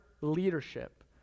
leadership